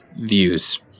views